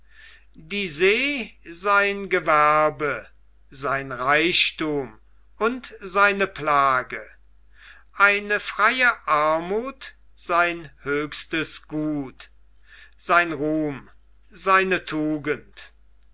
die see sein gewerbe sein reichthum und seine plage eine freie armuth sein höchstes gut sein ruhm seine tugend